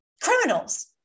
criminals